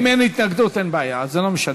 אם אין התנגדות, אין בעיה, זה לא משנה.